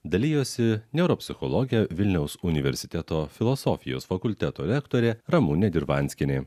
dalijosi neuropsichologė vilniaus universiteto filosofijos fakulteto lektorė ramunė dirvanskienė